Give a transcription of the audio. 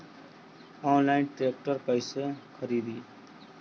Online tractor कैसे खरदी?